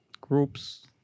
Groups